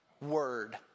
word